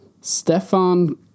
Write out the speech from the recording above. Stefan